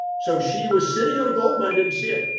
so she was sitting on a goldmine didn't see it.